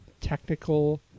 technical